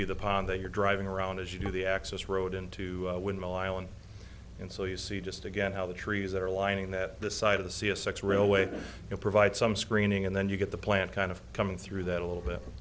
be the pond that you're driving around as you know the access road into windmill island and so you see just again how the trees are lining that the side of the sea is such real way to provide some screening and then you get the plant kind of coming through that a little bit